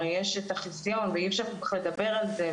הרי יש את החיסיון ואי אפשר בכלל לדבר על זה,